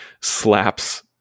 slaps